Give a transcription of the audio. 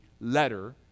letter